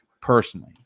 personally